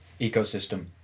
ecosystem